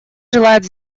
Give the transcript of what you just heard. желает